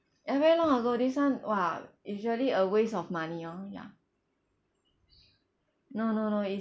ya very long ago this [one] !wah! it's really a waste of money orh ya no no no it's